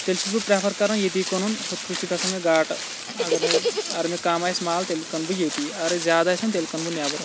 تیٚلہِ چھُس بہٕ پِرٮ۪فَر کَران ییٚتی کُنُن ہُتھ کٲٹھۍ چھِ گَژھان مےٚ گاٹہٕ اَگَر نٔے اَگَر مےٚ کَم آسہِ مال تیٚلہِ کٕنہٕ بہٕ ییٚتی اَگَرے زیادٕ آسیٚم تیٚلہِ کٕنہٕ بہٕ نٮ۪برٕ